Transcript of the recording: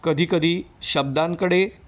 कधीकधी शब्दांकडे